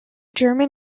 german